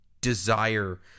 desire